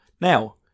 Now